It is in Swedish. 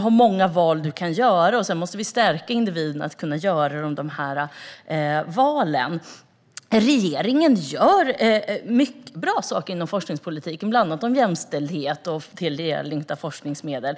finns många val att göra. Sedan måste vi stärka individerna i att göra valen. Regeringen gör många bra saker inom forskningspolitiken, bland annat i fråga om jämställdhet och tilldelning av forskningsmedel.